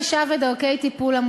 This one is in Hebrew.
ענישה ודרכי טיפול) (תיקון מס' 20),